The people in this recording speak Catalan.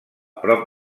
prop